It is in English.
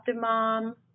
mom